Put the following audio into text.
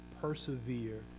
persevere